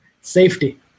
Safety